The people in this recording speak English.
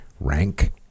rank